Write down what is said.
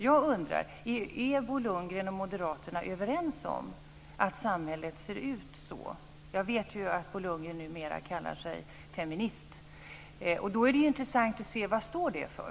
Jag undrar: Är Bo Lundgren och Moderaterna överens om att samhället ser ut så? Jag vet att Bo Lundgren numera kallar sig för feminist, och då är det intressant att höra vad det står för?